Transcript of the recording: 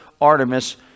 artemis